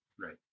right